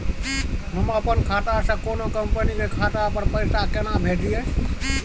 हम अपन खाता से कोनो कंपनी के खाता पर पैसा केना भेजिए?